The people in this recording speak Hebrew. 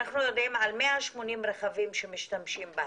אנחנו יודעים על 180 רכבים שמשתמשים בהם,